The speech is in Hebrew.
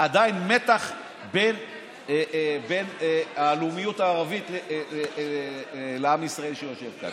עדיין מתח בין הלאומיות הערבית לעם ישראל שיושב כאן.